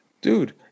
Dude